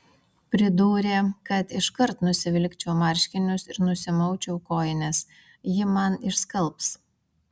pridūrė kad iškart nusivilkčiau marškinius ir nusimaučiau kojines ji man išskalbs